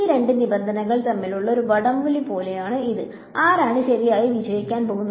ഈ രണ്ട് നിബന്ധനകൾ തമ്മിലുള്ള ഒരു വടംവലി പോലെയാണ് ഇത് ആരാണ് ശരിയായി വിജയിക്കാൻ പോകുന്നത്